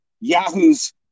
yahoos